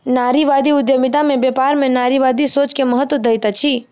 नारीवादी उद्यमिता में व्यापार में नारीवादी सोच के महत्त्व दैत अछि